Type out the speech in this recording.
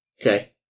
Okay